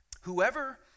Whoever